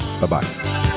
Bye-bye